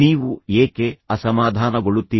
ನೀವು ಏಕೆ ಅಸಮಾಧಾನಗೊಳ್ಳುತ್ತೀರಿ